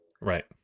Right